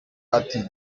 ati